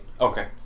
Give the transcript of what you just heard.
Okay